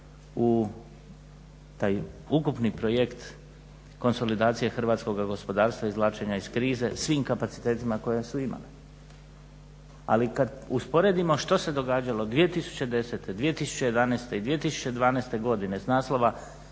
u taj ukupni projekt konsolidacije hrvatskoga gospodarstva izvlačenja iz krize svim kapacitetima koje su imali. Ali kad usporedimo što se događalo 2010., 2011. i 2012. godine s naslova